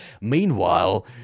Meanwhile